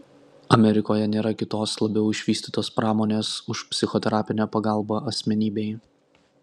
amerikoje nėra kitos labiau išvystytos pramonės už psichoterapinę pagalbą asmenybei